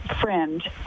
friend